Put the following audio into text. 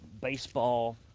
baseball